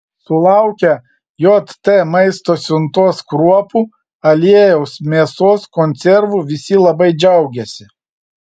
sulaukę jt maisto siuntos kruopų aliejaus mėsos konservų visi labai džiaugiasi